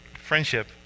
friendship